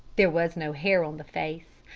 there was no hair on the face,